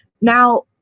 Now